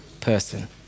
person